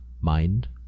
mind